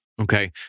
Okay